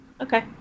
Okay